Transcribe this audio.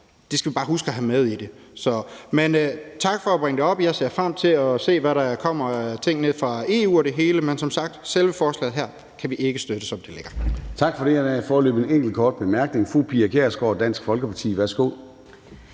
skal vi bare huske at have med i det. Men tak for at bringe det op. Jeg ser frem til at se, hvad der kommer af ting nede fra EU og det hele, men selve forslaget, som det ligger her, kan vi altså som sagt ikke støtte. Kl. 16:43 Formanden (Søren Gade): Tak for det. Der er foreløbig en enkelt kort bemærkning fra fru Pia Kjærsgaard, Dansk Folkeparti. Værsgo.